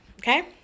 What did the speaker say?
okay